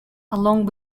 along